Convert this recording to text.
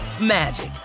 magic